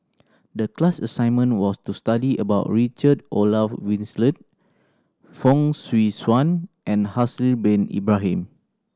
the class assignment was to study about Richard Olaf Fong Swee Suan and Haslir Bin Ibrahim